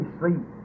sleep